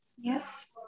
Yes